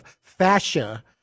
fascia